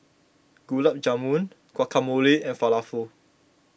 Gulab Jamun Guacamole and Falafel